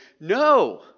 no